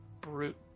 brute